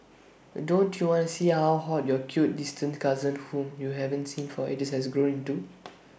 don't you wanna see how hot your cute distant cousin whom you haven't seen for ages has grown into